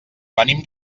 venim